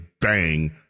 bang